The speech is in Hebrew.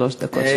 שלוש דקות שלך.